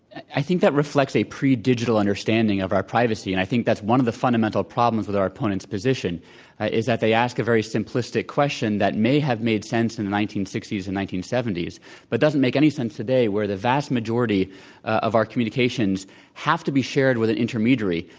i think that reflects a pre digital understanding of our privacy, and i think that's one of the fundamental problems with our opponents' position is that they ask a very simplistic question that may have made sense in the nineteen sixty s and nineteen seventy s but doesn't make any sense today where the vast majority of our communications have to be shared with an intermediary,